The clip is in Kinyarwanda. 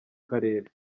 karere